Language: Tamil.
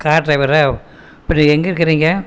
கார் டிரைவரா இப்போ நீங்கள் எங்கே இருக்கிறீங்க